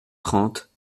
trente